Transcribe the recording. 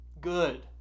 good